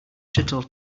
shuttle